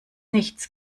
nichts